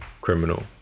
criminal